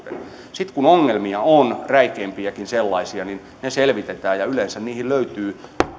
sitten kun ongelmia on räikeimpiäkin sellaisia niin ne selvitetään ja yleensä niihin löytyy